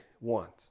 want